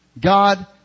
God